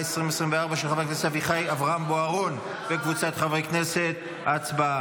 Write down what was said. הלוי וקבוצת חברי הכנסת אושרה